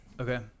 Okay